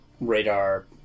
radar